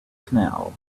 canal